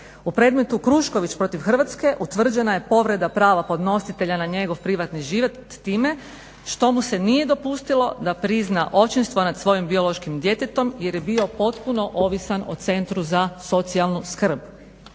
U predmetu Krušković protiv Hrvatske utvrđena je povreda prava podnositelja na njegov privatni život time što mu se nije dopustilo da prizna očinstvo nad svojim biološkim djetetom jer je bio potpuno ovisan o centru za socijalnu skrb,